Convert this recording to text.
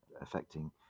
affecting